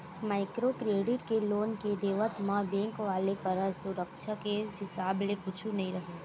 micro credit के loan के देवत म बेंक वाले करा सुरक्छा के हिसाब ले कुछु नइ राहय